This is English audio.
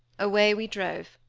away we drove.